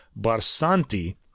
Barsanti